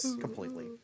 completely